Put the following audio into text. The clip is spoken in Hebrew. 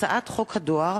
הצעת חוק הדואר